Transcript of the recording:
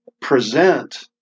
present